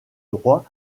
droits